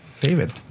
David